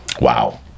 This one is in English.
Wow